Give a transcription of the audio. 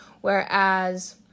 whereas